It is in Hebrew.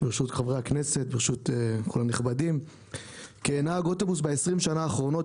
בראש כל תמונות הנוסעים שעלו אלי לאוטובוס ב-20 השנים האחרונות.